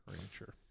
rancher